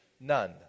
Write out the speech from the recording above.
None